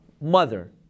mother